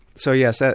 so yes, ah